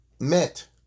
met